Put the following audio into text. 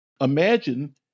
Imagine